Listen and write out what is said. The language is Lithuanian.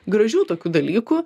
gražių tokių dalykų